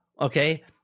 okay